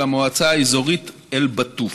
על המועצה האזורית אל-בטוף.